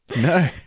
No